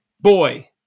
Boy